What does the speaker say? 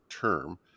term